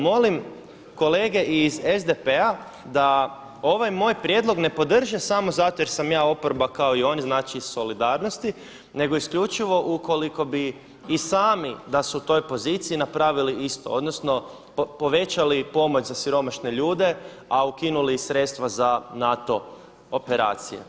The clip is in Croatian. Molim kolege iz SDP-a da ovaj moj prijedlog ne podrže samo zato jer sam ja oporba kao i oni, znači iz solidarnosti nego isključivo ukoliko bi i sami da su u toj poziciji napravili isto, odnosno povećali pomoć za siromašne ljude a ukinuli sredstva za NATO operacije.